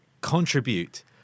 contribute